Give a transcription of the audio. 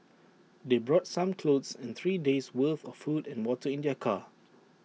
they brought some clothes and three days' worth of food and water in their car